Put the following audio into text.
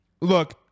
Look